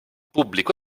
pubblico